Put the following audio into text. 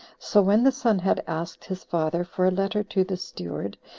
so when the son had asked his father for a letter to the steward,